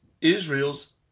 Israel's